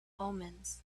omens